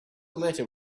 letter